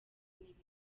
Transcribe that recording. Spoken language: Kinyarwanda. n’ibindi